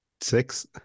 six